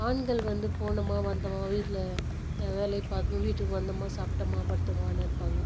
ஆண்கள் வந்து போனோமா வந்தோமா வீட்டில் வேலையை பார்த்து வீட்டுக்கு வந்தோமா சாப்பிட்டோமா படுத்தோமானு இருப்பாங்க